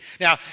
Now